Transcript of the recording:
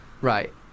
Right